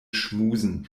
schmusen